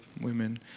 women